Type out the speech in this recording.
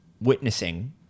witnessing